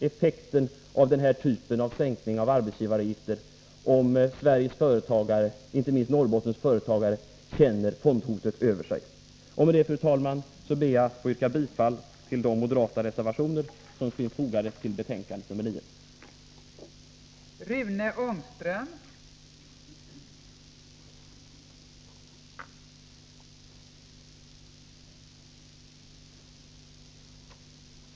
Effekten av denna typ av sänkning av arbetsgivaravgifterna reduceras, om Sveriges företagare — och detta gäller inte minst företagare i Norrbotten — känner fondhotet över sig. Med detta ber jag, fru talman, att få yrka bifall till de moderata reservationer som finns fogade till arbetsmarknadsutskottets betänkande nr 9.